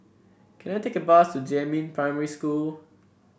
can I take a bus to Jiemin Primary School